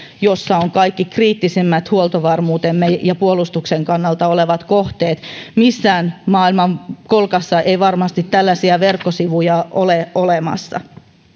jossa on kaikki huoltovarmuutemme ja puolustuksemme kannalta kriittisimmät kohteet missään maailman kolkassa ei varmasti tällaisia verkkosivuja ole olemassa